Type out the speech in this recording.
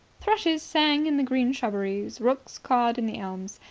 thrushes sang in the green shrubberies rooks cawed in the elms.